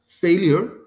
failure